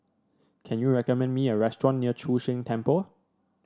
can you recommend me a restaurant near Chu Sheng Temple